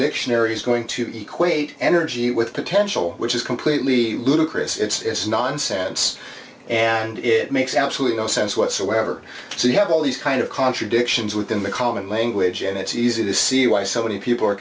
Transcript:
dictionary is going to be quake energy with potential which is completely ludicrous it's nonsense and it makes absolutely no sense whatsoever so you have all these kind of contradictions within the common language and it's easy to see why so many people are